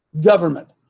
Government